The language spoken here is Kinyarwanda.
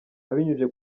abinyujije